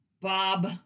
Bob